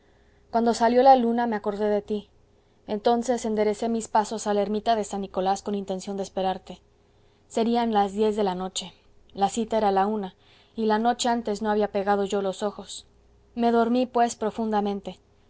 cuando salió la luna me acordé de ti entonces enderecé mis pasos a la ermita de san nicolás con intención de esperarte serían las diez de la noche la cita era a la una y la noche antes no había yo pegado los ojos me dormí pues profundamente